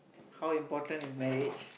how important is marriage